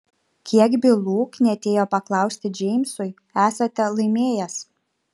kiek bylų knietėjo paklausti džeimsui esate laimėjęs